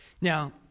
Now